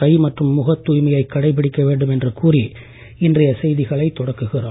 கை மற்றும் முகத் தூய்மையை கடைபிடிக்க வேண்டும் என்று கூறி இன்றைய செய்திகளை தொடங்குகிறோம்